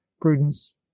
prudence